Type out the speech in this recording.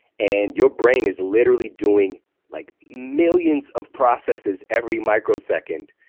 and your brain is literally doing like millions of processes every microsecond,